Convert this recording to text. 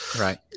Right